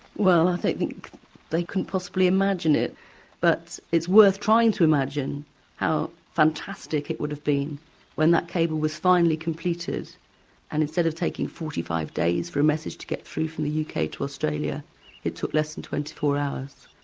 well, i think they couldn't possible imagine it but it's worth trying to imagine how fantastic it would have been when that cable was finally completed and instead of taking forty five days for a message to get through from the uk to australia it took less than twenty four hours.